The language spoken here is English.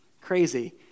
crazy